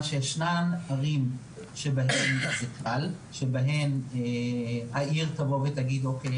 שישנן ערים שבהן זה קל והעיר תגיד: אוקיי,